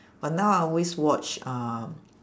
but now I'll always watch uh